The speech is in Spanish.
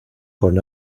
con